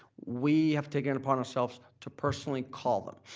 we have taken it upon ourselves to personally call them.